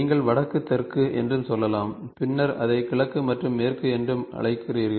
நீங்கள் வடக்கு தெற்கு என்றும் சொல்லலாம் பின்னர் அதை கிழக்கு மற்றும் மேற்கு என்று அழைக்கிறீர்கள்